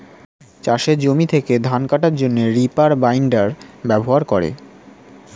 চাষের জমি থেকে ধান কাটার জন্যে রিপার বাইন্ডার ব্যবহার করে